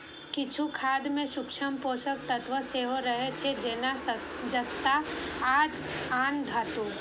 किछु खाद मे सूक्ष्म पोषक तत्व सेहो रहै छै, जेना जस्ता आ आन धातु